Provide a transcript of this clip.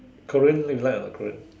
Korean you like or not Korean